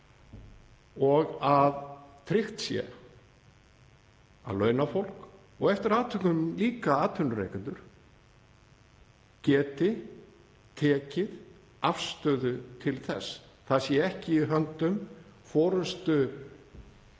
og að tryggt sé að launafólk, og eftir atvikum líka atvinnurekendur, geti tekið afstöðu til þess, að það sé ekki í höndum forystu